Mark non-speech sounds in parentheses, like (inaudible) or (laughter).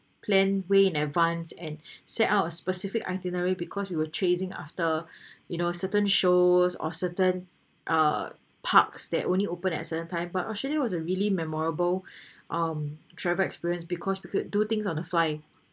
plan way in advance and (breath) set up a specific itinerary because we were chasing after (breath) you know certain shows or certain uh parks that only open at a certain time but australia was a really memorable (breath) um travel experience because we could do things on the fly